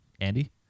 Andy